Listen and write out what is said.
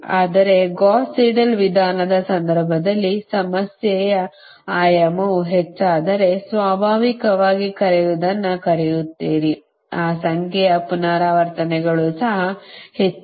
ಆದರೆ Gauss Seidel ವಿಧಾನದ ಸಂದರ್ಭದಲ್ಲಿ ಸಮಸ್ಯೆಯ ಆಯಾಮವು ಹೆಚ್ಚಾದರೆ ಸ್ವಾಭಾವಿಕವಾಗಿ ಕರೆಯುವದನ್ನು ಕರೆಯುತ್ತೀರಿ ಆ ಸಂಖ್ಯೆಯ ಪುನರಾವರ್ತನೆಗಳು ಸಹ ಹೆಚ್ಚು